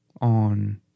on